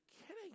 kidding